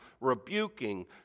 rebuking